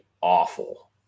awful